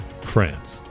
France